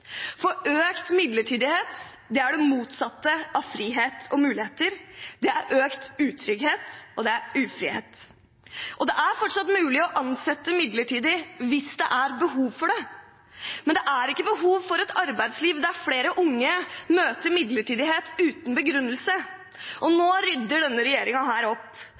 Økt midlertidighet er det motsatte av frihet og muligheter – det er økt utrygghet og ufrihet. Det er fortsatt mulig å ansette midlertidig hvis det er behov for det, men det er ikke behov for et arbeidsliv der flere unge møter midlertidighet uten begrunnelse. Nå rydder denne regjeringen opp.